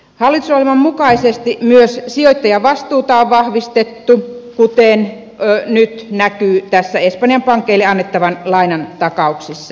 hallitusohjelman mukaisesti myös sijoittajavastuuta on vahvistettu kuten nyt näkyy tässä espanjan pankeille annettavan lainan takauksissa